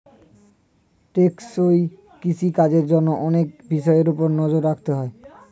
টেকসই কৃষি কাজের জন্য অনেক বিষয়ের উপর নজর রাখতে হয়